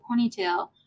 ponytail